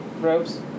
Ropes